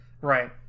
Right